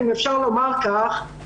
אם אפשר לומר כך,